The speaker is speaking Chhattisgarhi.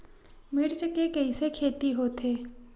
मिर्च के कइसे खेती होथे?